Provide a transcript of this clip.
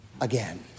again